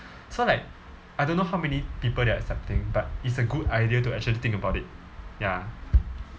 so like I don't know how many people they are accepting but it's good idea to actually think about it ya